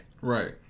Right